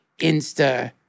insta